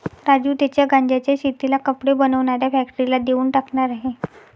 राजू त्याच्या गांज्याच्या शेतीला कपडे बनवणाऱ्या फॅक्टरीला देऊन टाकणार आहे